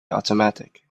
automatic